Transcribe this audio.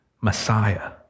Messiah